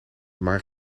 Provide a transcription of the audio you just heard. maar